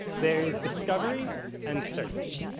there is discovery and search.